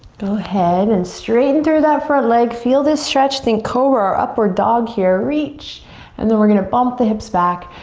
go ahead and straighten through that front leg, feel this stretch, then cobra or upward dog here, reach and then we're gonna bump the hips back,